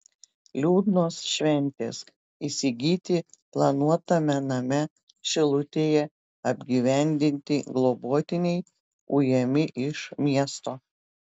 liūdnos šventės įsigyti planuotame name šilutėje apgyvendinti globotiniai ujami iš miesto